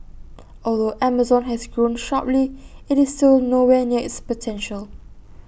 although Amazon has grown sharply IT is still nowhere near its potential